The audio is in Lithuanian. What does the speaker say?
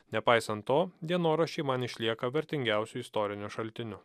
nepaisant to dienoraščiai man išlieka vertingiausiu istoriniu šaltiniu